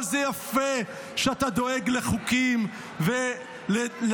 אבל זה יפה שאתה דואג לחוקים ולנו.